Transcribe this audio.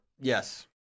Yes